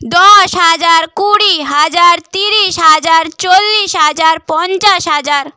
দশ হাজার কুড়ি হাজার তিরিশ হাজার চল্লিশ হাজার পঞ্চাশ হাজার